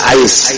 ice